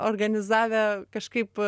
organizavę kažkaip